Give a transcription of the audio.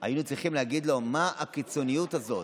היו צריכים להגיד לו: מה הקיצוניות הזאת?